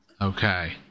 Okay